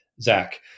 Zach